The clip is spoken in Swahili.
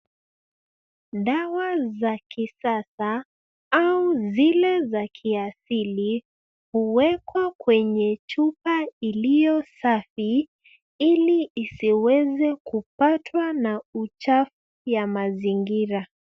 Dawa za kisasa au zile za kiasili huwekwa kwenye chupa iliyo safi ili isiweze kupatwa na uchafu ya mazingira.